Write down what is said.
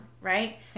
right